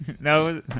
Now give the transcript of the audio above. No